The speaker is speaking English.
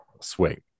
swing